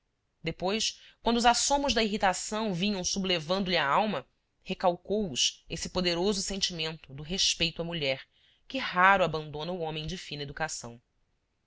depois quando os assomos da irritação vinham sublevandolhe a alma recalcou os esse poderoso sentimento do respeito à mulher que raro abandona o homem de fina educação